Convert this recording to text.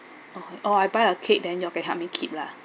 oh I buy a cake then you all can help me keep lah